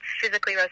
physically